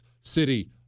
city